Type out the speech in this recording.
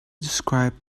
described